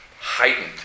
heightened